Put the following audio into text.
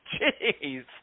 Jeez